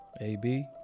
AB